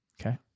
Okay